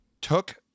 took